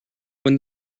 when